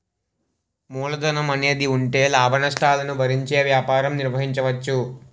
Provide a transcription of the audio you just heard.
మూలధనం అనేది ఉంటే లాభనష్టాలను భరించే వ్యాపారం నిర్వహించవచ్చు